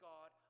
God